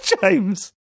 james